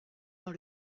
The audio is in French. dans